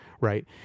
Right